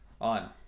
on